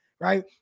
right